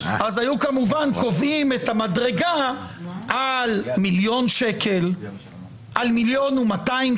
אז היו כמובן קובעים את המדרגה על מיליון שקלים או 1.2 מיליוני